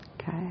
okay